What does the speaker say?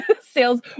Sales